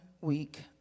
week